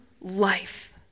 life